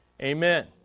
Amen